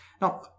Now